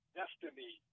destiny